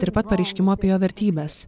ir pat pareiškimu apie jo vertybes